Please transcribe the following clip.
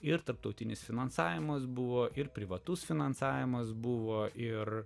ir tarptautinis finansavimas buvo ir privatus finansavimas buvo ir